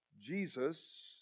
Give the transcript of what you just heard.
Jesus